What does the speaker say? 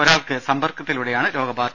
ഒരാൾക്ക് സമ്പർക്കത്തിലൂടെയാണ് രോഗബാധ